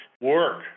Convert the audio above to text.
work